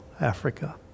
Africa